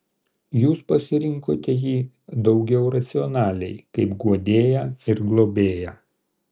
jūs pasirinkote jį daugiau racionaliai kaip guodėją ir globėją